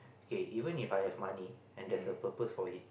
K even If I have money and there's a purpose for it